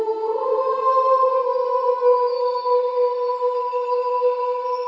o